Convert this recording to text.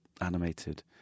animated